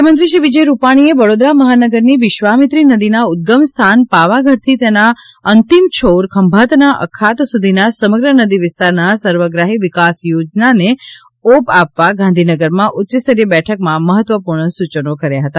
મુખ્યમંત્રી શ્રી વિજયભાઇ રૂપાણીએ વડોદરા મહાનગરની વિશ્વામિત્રી નદીના ઉદગમ સ્થાન પાવાગઢથી તેના અંતિમ છૌર ખંભાતના અખાત સુધીના સમગ્ર નદી વિસ્તારના સર્વગ્રાહી વિકાસ આયોજનને ઓપ આપવા ગાંધીનગરમાં ઉચ્યસ્તરીય બેઠકમાં મહત્વપૂર્ણ સૂચનો કર્યા હતા